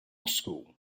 school